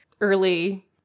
early